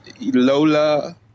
Lola